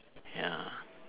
ya